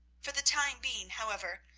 for the time being, however,